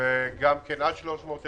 והיום ומחר גם כן עד 300,000,